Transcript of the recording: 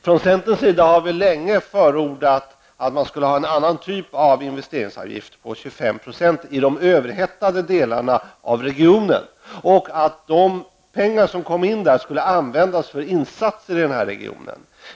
Från centerns sida har vi länge förordat att man skulle ha en annan typ av investeringsavgift, på 25 %, i de överhettade delarna av regionen. De pengar som då kom in skulle användas för insatser i regionen.